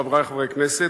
חברי חברי הכנסת,